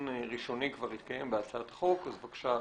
ראשוני כבר התקיים בהצעת החוק אז בבקשה,